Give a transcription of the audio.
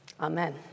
Amen